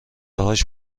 هاش